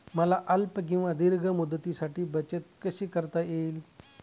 मला अल्प किंवा दीर्घ मुदतीसाठी बचत कशी करता येईल?